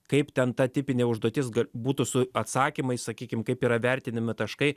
kaip ten ta tipinė užduotis būtų su atsakymais sakykim kaip yra vertinami taškai